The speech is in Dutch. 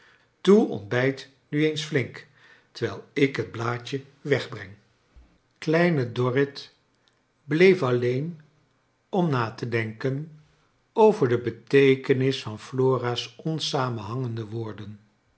toe ontbrjt nu eens flink terwijl ik het blaadje wegbreng kleine dorrit bleef alleen om na te denken over de beteekenis van flora's onsamenhangende woorden